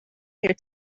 here